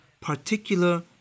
particular